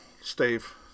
Steve